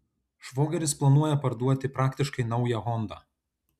švogeris planuoja parduoti praktiškai naują hondą